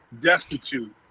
destitute